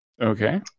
Okay